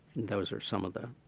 those were some of the,